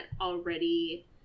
already